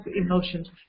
emotions